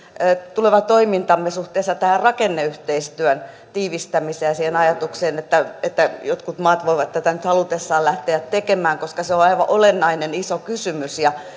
tuleva toimintamme suhteessa tähän rakenneyhteistyön tiivistämiseen ja siihen ajatukseen että että jotkut maat voivat tätä nyt halutessaan lähteä tekemään koska se on aivan olennainen iso kysymys